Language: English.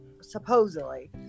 supposedly